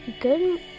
Good